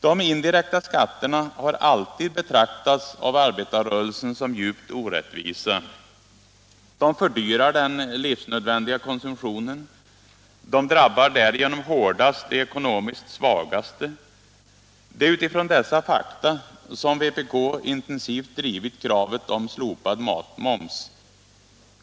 De indirekta skatterna har av arbetarrörelsen alltid betraktats som djupt orättvisa. De fördyrar den livsnödvändiga konsumtionen. De drabbar därigenom hårdast de ekonomiskt svagaste. Det är utifrån dessa fakta som vpk intensivt drivit kravet på slopad matmoms.